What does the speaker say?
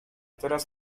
teraz